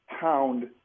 pound